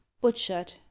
butchered